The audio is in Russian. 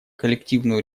коллективную